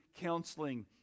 counseling